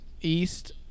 East